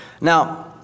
Now